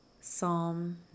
Psalm